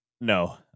no